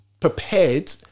prepared